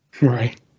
Right